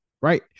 right